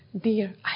Dear